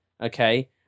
okay